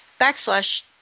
backslash